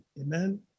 Amen